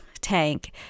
tank